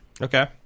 Okay